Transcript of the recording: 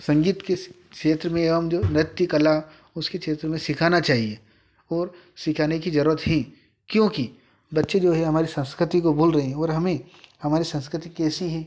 संगीत के इस क्षेत्र में हम जो नृत्य कला उसके क्षेत्र में सिखाना चाहिए और सिखाने कि जरूरत है क्योंकि बच्चे जो हैं हमारी संस्कृति को भूल रहे हैं और हमें हमारे संस्कृति कैसी हैं